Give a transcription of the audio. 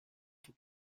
tous